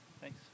Thanks